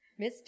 Mr